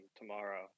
tomorrow